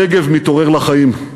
הנגב מתעורר לחיים,